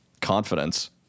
confidence